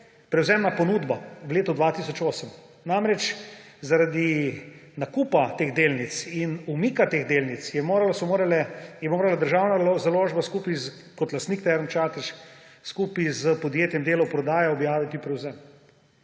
prevzemna ponudba v letu 2008. Namreč zaradi nakupa teh delnic in umika teh delnic je morala Državna založba kot lastnik Term Čatež, skupaj s podjetjem Delo prodaja, objaviti prevzem.